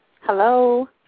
Hello